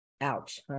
Ouch